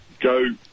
go